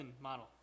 model